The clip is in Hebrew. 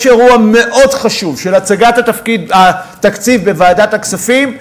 יש אירוע מאוד חשוב של הצגת התקציב בוועדת הכספים,